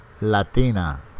Latina